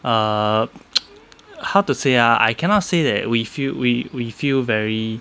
err err how to say ah I cannot say that we feel we we feel very